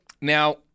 Now-